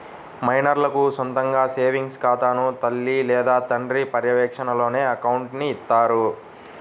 మైనర్లకు సొంతగా సేవింగ్స్ ఖాతాని తల్లి లేదా తండ్రి పర్యవేక్షణలోనే అకౌంట్ని ఇత్తారు